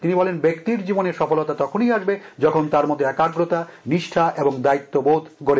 তিনি বলেন ব্যক্তির জীবনে সফলতা তখনই আসবে যখন তার মধ্যে একাগ্রতা নিষ্ঠা এবং দায়িত্ববোধ গড়ে উঠবে